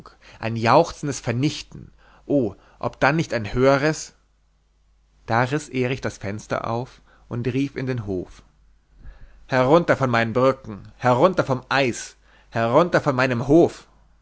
ein jauchzendes vernichten oh ob dann nicht ein höheres da riß erich das fenster auf und rief in den hof herunter von meinen brücken herunter vom eis herunter von meinem hof